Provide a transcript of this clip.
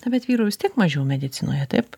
na bet vyrų vis tiek mažiau medicinoje taip